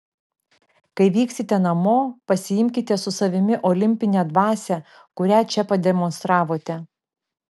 kai vyksite namo pasiimkite su savimi olimpinę dvasią kurią čia pademonstravote